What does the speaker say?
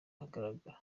ahagaragara